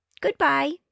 Goodbye